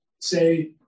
say